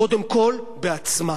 קודם כול בעצמה,